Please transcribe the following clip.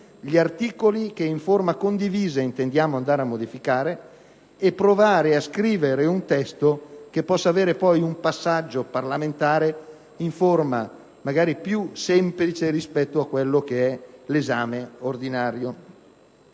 gli articoli che, in modo condiviso, intendiamo modificare e per provare a scrivere un testo che possa avere poi un passaggio parlamentare in forma magari più semplice rispetto all'esame ordinario.